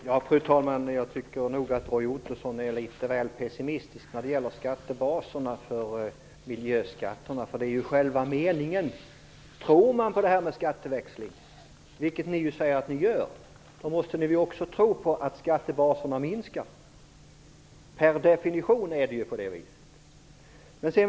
Fru talman! Jag tycker nog att Roy Ottosson är litet väl pessimistisk när det gäller skattebaserna för miljöskatterna. Tror ni på det här med skatteväxling - vilket ni ju säger att ni gör - måste ni också tro på att skattebaserna minskar. Per definition är det ju på det viset.